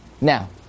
Now